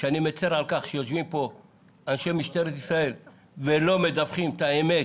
שאני מצר על כך שיושבים פה אנשי משטרת ישראל ולא מדווחים את האמת,